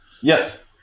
Yes